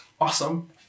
Awesome